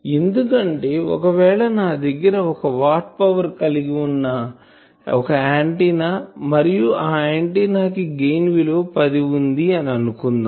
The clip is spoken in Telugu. ఎందుకంటే ఒకవేళ నా దగ్గర ఒక వాట్ పవర్ కలిగిన ఒక ఆంటిన్నా మరియు ఆ ఆంటిన్నాకి గెయిన్ విలువ 10 వుంది అని అనుకుందాం